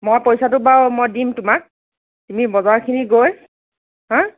মই পইচাটো বাৰু মই দিম তোমাক তুমি বজাৰখিনি গৈ